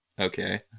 Okay